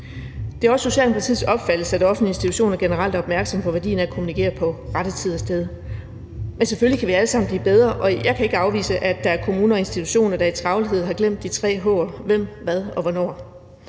Det er også Socialdemokratiets opfattelse, at offentlige institutioner generelt er opmærksomme på værdien af at kommunikere på rette tid og sted. Men selvfølgelig kan vi alle sammen blive bedre, og jeg kan ikke afvise, at der er kommuner og institutioner, der i travlhed har glemt de tre h'er: hvem, hvad og hvornår.